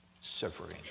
suffering